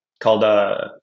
called